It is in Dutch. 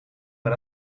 met